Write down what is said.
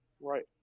right